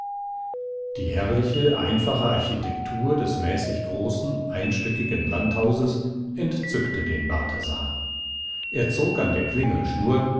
die herrliche einfache architektur des mäßig großen einstöckigen landhauses entzückte den balthasar er zog an der klingelschnur